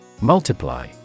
Multiply